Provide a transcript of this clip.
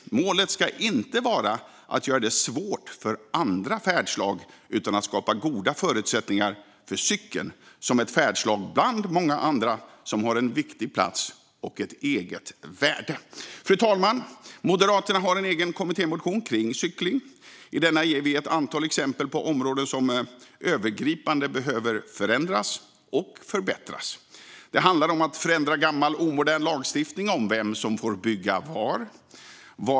Målet ska inte vara att göra det svårt för andra färdslag utan att skapa goda förutsättningar för cykeln som ett färdslag bland många andra som har en viktig plats och ett eget värde. Fru talman! Moderaterna har en egen kommittémotion kring cykling. I denna ger vi ett antal exempel på områden som övergripande behöver förändras och förbättras. Det handlar om att förändra gammal omodern lagstiftning om vem som får bygga var.